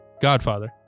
Godfather